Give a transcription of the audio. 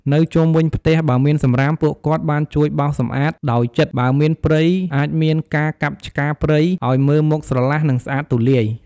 នៅជុំវិញផ្ទះបើមានសម្រាមពួកគាត់បានជួយបោសសំអាចដោយចិត្ត បើមានព្រៃអាចមានការកាប់ឆ្កាព្រៃឱ្យមើលមកស្រឡះនិងស្អាតទូលាយ។